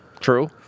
True